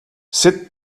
sit